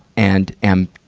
and am,